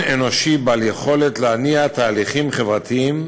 אנושי בעל יכולת להניע תהליכים חברתיים,